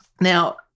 Now